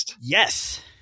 Yes